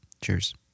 Cheers